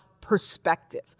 perspective